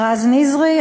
רז נזרי,